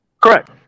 correct